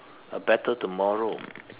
A Better Tomorrow